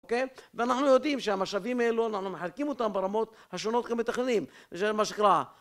אוקיי? ואנחנו יודעים שהמשאבים האלו אנחנו מחלקים אותם ברמות השונות כמתכננים